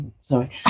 sorry